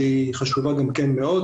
שהיא חשובה גם כן מאוד,